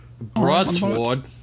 Broadsword